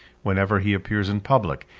whenever he appears in public,